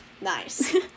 Nice